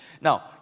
Now